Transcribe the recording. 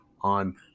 on